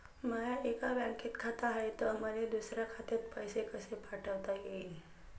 माय एका बँकेत खात हाय, त मले दुसऱ्या खात्यात पैसे कसे पाठवता येईन?